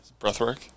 Breathwork